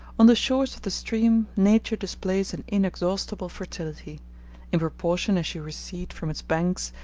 on the shores of the stream nature displays an inexhaustible fertility in proportion as you recede from its banks,